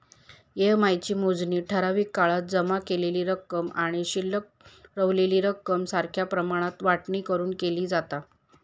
EMI ची मोजणी ठराविक काळात जमा केलेली रक्कम आणि शिल्लक रवलेली रक्कम सारख्या प्रमाणात वाटणी करून केली जाता